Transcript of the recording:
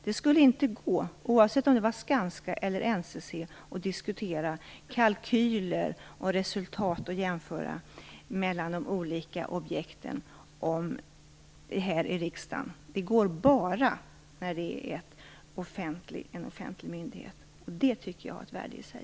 Det skulle inte gå, oavsett om det var Skanska eller NCC, att diskutera kalkyler och resurser och jämföra de olika objekten här i riksdagen. Det går bara när det är en offentlig myndighet. Jag tycker att det är ett värde i sig.